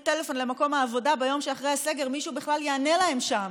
טלפון למקום העבודה ביום שאחרי הסגר ומישהו בכלל יענה להם שם?